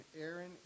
Aaron